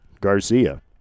Garcia